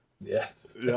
Yes